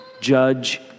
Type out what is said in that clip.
Judge